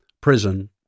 prison